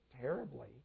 terribly